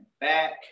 back